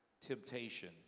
temptation